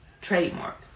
trademark